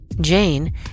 Jane